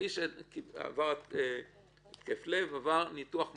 האיש עבר התקף לב, עבר ניתוח מעקפים,